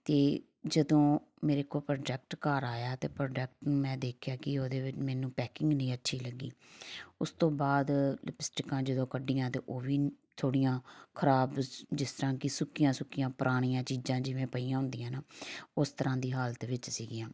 ਅਤੇ ਜਦੋਂ ਮੇਰੇ ਕੋਲ ਪ੍ਰੋਡੈਕਟ ਘਰ ਆਇਆ ਅਤੇ ਪ੍ਰੋਡਕਟ ਮੈਂ ਦੇਖਿਆ ਕਿ ਉਹਦੇ ਵਿੱਚ ਮੈਨੂੰ ਪੈਕਿੰਗ ਨਹੀਂ ਅੱਛੀ ਲੱਗੀ ਉਸ ਤੋਂ ਬਾਅਦ ਲਿਪਸਟਿਕਾਂ ਜਦੋਂ ਕੱਢੀਆਂ ਤਾਂ ਉਹ ਵੀ ਥੋੜ੍ਹੀਆਂ ਖ਼ਰਾਬ ਜਿਸ ਤਰ੍ਹਾਂ ਕਿ ਸੁੱਕੀਆਂ ਸੁੱਕੀਆਂ ਪੁਰਾਣੀਆਂ ਚੀਜ਼ਾਂ ਜਿਵੇਂ ਪਈਆਂ ਹੁੰਦੀਆਂ ਨਾ ਉਸ ਤਰ੍ਹਾਂ ਦੀ ਹਾਲਤ ਵਿੱਚ ਸੀਗੀਆਂ